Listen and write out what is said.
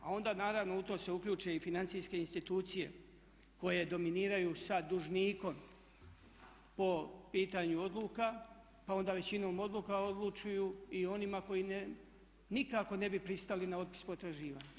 A onda naravno u to se uključe i financijske institucije koje dominiraju sa dužnikom po pitanju odluka, pa onda većinom odluka odlučuju i o onima koji nikako ne bi pristali na otpis potraživanja.